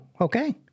okay